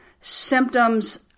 symptoms